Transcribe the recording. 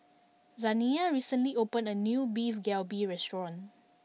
Zaniyah recently opened a new Beef Galbi restaurant